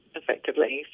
effectively